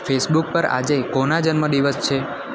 Facebook પર આજે કોના જન્મદિવસ છે